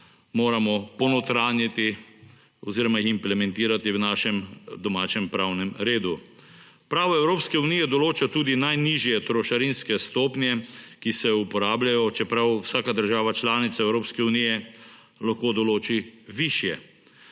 moramo ponotranjiti oziroma implementirati v našem domačem pravnem redu. Pravo Evropske unije določa tudi najnižje trošarinske stopnje, ki se uporabljajo, čeprav vsaka država članice Evropske unije lahko določi višje.